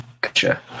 Gotcha